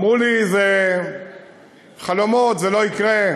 אמרו לי, זה חלומות, זה לא יקרה.